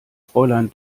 fräulein